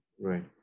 Right